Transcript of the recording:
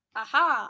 aha